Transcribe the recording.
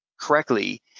correctly